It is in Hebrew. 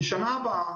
בשנה הבאה,